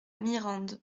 mirande